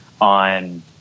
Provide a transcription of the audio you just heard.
on